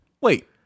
Wait